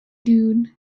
dune